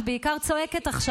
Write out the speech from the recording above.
את בעיקר צועקת עכשיו.